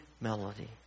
melody